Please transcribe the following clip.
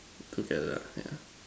together yeah